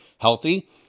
healthy